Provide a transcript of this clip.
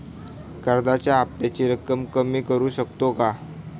कर्जाच्या हफ्त्याची रक्कम कमी करू शकतो का?